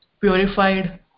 purified